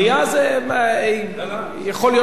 יכול להיות שוועדה תהיה יותר אפקטיבית,